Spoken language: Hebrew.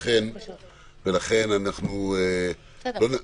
לכן לא נקיים